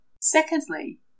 Secondly